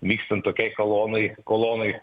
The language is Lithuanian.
vykstant tokiai kolonai kolonoj